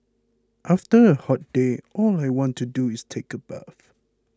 after a hot day all I want to do is take a bath